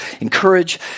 encourage